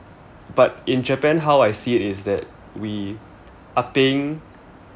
but in japan how I see it is that we are paying